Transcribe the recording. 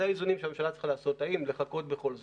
אלה האיזונים שממשלה צריכה לעשות: האם לחכות בכל זאת,